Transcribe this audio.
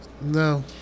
no